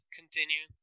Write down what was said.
continue